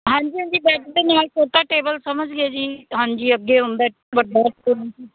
ਹਾਂਜੀ ਹਾਂਜੀ ਬੈਡ ਦੇ ਨਾਲ ਛੋਟਾ ਟੇਬਲ ਸਮਝ ਗਏ ਜੀ ਹਾਂਜੀ ਅੱਗੇ ਹੁੰਦਾ ਵੱਡਾ ਟੇਬਲ ਜੀ